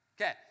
Okay